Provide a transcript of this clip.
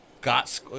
got